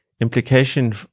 implication